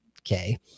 okay